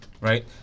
right